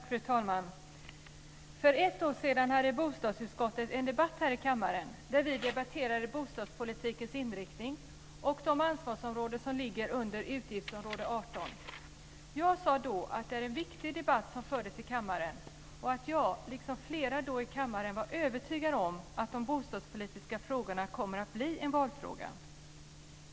Fru talman! För ett år sedan hade bostadsutskottet en debatt här i kammaren där vi debatterade bostadspolitikens inriktning och de ansvarsområden som ligger under utgiftsområde 18. Jag sade då att det var en viktig debatt som fördes i kammaren och att jag, liksom flera andra i kammaren, var övertygad om att de bostadspolitiska frågorna kommer att bli en valfråga.